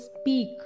speak